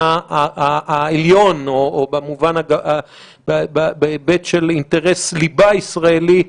העליון או בהיבט של אינטרס ליבה ישראלי,